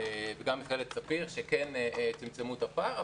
וגם עם מכללת ספיר שצמצמו את הפער,